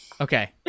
Okay